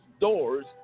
doors